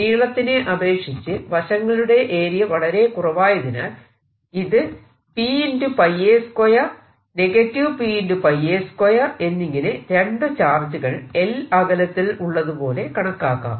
നീളത്തിനെ അപേക്ഷിച്ച് വശങ്ങളുടെ ഏരിയ വളരെ കുറവായതിനാൽ ഇത് Pa 2 Pa 2 എന്നിങ്ങനെ രണ്ടു ചാർജുകൾ l അകലത്തിൽ ഉള്ളതുപോലെ കണക്കാക്കാം